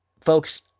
Folks